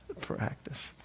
practice